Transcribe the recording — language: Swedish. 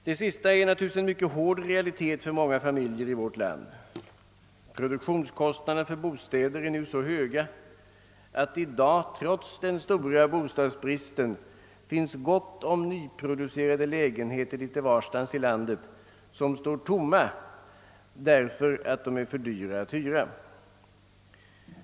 Det sista är naturligtvis en mycket hård realitet för många familjer i vårt land. Produktionskostnaderna för bostäder är nu så höga att det i dag — trots den stora bostadsbristen — finns gott om nyproducerade lägenheter litet varstans i landet som står tomma därför att de är för dyra att hyra.